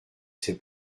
ses